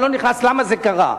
אני לא נכנס למה זה קרה,